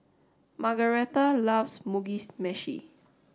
Margaretha loves Mugi Meshi